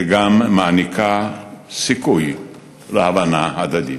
וגם מעניקה סיכוי להבנה הדדית.